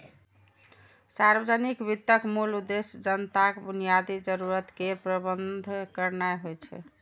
सार्वजनिक वित्तक मूल उद्देश्य जनताक बुनियादी जरूरत केर प्रबंध करनाय होइ छै